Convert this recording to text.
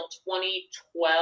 2012